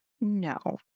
No